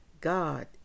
God